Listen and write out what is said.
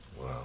Wow